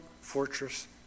fortress